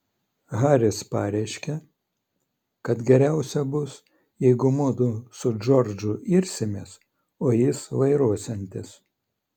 haris pareiškė kad geriausia bus jeigu mudu su džordžu irsimės o jis vairuosiantis